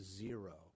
zero